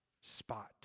spot